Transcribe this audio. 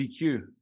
dq